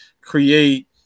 create